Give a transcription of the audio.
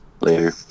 later